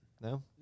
No